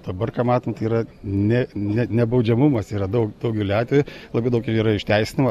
dabar ką matom tai yra ne ne nebaudžiamumas yra daug daugeliu atvejų labai daug yra išteisinama